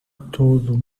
todo